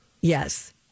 yes